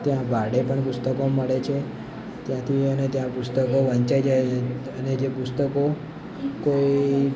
ત્યાં ભાડે પણ પુસ્તકો મળે છે ત્યાંથી અને ત્યાં પુસ્તકો વંચાઈ જાય અને જે પુસ્તકો કોઈ